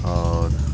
आओर